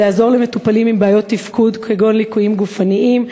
לעזור למטופלים עם בעיות תפקוד כגון ליקויים גופניים,